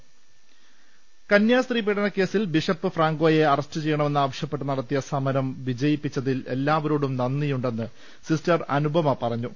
ൾ ൽ ൾ കന്യാസ്ത്രീ പീഡനകേസിൽ ബിഷപ്പ് ഫ്രാങ്കോയെ അറസ്റ്റ് ചെയ്യണമെന്നാവശ്യപ്പെട്ട് നടത്തിയ സമരം വിജയിപ്പിച്ചതിൽ എല്ലാവരോടും നന്ദിയുണ്ടെന്ന് സിസ്റ്റർ അനുപമ പറഞ്ഞു